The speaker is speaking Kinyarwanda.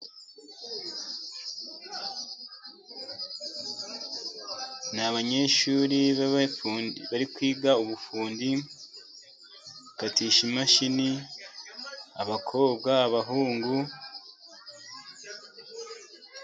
N'abanyeshuri b'abapfundi bari kwiga ubufundi, bakatisha imashini abakobwa, abahungu.